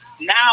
now